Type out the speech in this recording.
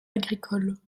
agricoles